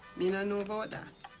me no know about that.